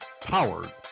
powered